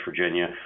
Virginia